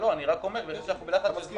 לא, אני רק אומר שבגלל שאנחנו בלחץ בזמן,